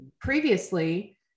previously